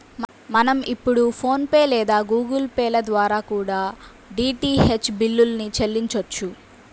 మనం ఇప్పుడు PhonePe లేదా గుగుల్ పే ల ద్వారా కూడా డీటీహెచ్ బిల్లుల్ని చెల్లించొచ్చు